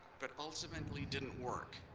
but ultimately didn't work.